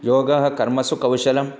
योगः कर्मसु कौशलम्